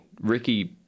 Ricky